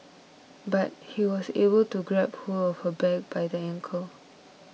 but he was able to grab hold of her leg by the ankle